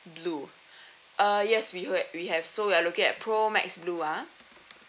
blue uh yes we heard we have so we are looking at pro max blue ah